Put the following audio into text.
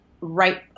right